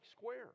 square